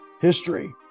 history